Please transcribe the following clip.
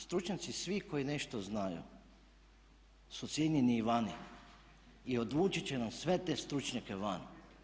Stručnjaci svi koji nešto znaju su cijenjeni i vani i odvući će nam sve te stručnjake van.